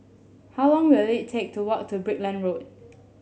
how long will it take to walk to Brickland Road